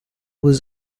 was